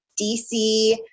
DC